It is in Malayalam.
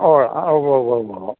ഓ ആ ഉവ്വ് ഉവ്വ് ഉവ്വ് ഉവ്വ്